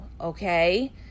okay